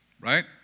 Right